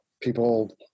people